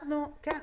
כן.